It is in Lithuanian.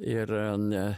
ir ne